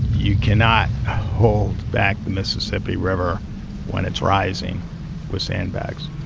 you cannot hold back the mississippi river when it's rising with sandbags.